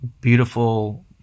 beautiful